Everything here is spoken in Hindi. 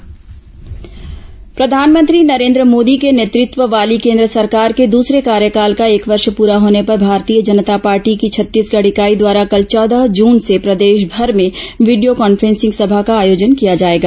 भाजपा वीडियो कॉन्फ्रें स सभा प्रधानमंत्री नरेन्द्र मोदी के नेतृत्व वाली केन्द्र सरकार के दूसरे कार्यकाल का एक वर्ष पूरा होने पर भारतीय जनता पार्टी की छत्तीसगढ़ इकाई द्वारा कल चौदह जून से प्रदेशमर में वीडियो कॉन्फ्रेंसिंग सभा का आयोजन किया जाएगा